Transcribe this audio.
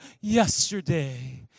yesterday